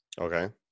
Okay